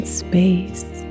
space